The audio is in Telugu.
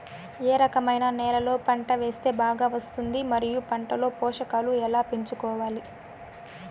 ఏ రకమైన నేలలో పంట వేస్తే బాగా వస్తుంది? మరియు పంట లో పోషకాలు ఎలా పెంచుకోవాలి?